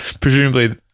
presumably